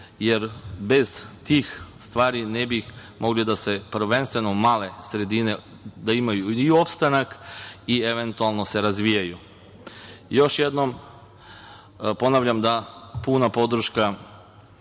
jer bez tih stvari ne bi mogle prvenstveno male sredine da imaju opstanak i eventualno se razvijaju. Još jednom, ponavljam da dajemo punu podršku